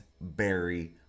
barry